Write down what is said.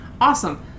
Awesome